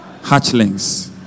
hatchlings